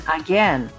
again